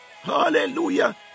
hallelujah